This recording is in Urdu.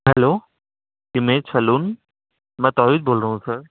ہیلو ہمیش سلون میں توحید بول رہا ہوں سر